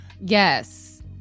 Yes